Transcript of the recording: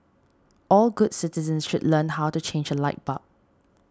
all good citizens should learn how to change a light bulb